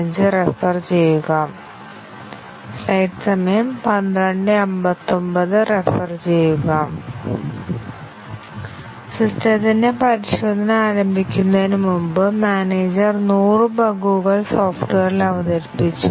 സിസ്റ്റത്തിന്റെ പരിശോധന ആരംഭിക്കുന്നതിന് മുമ്പ് മാനേജർ 100 ബഗുകൾ സോഫ്റ്റ്വെയറിൽ അവതരിപ്പിച്ചു